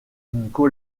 d’une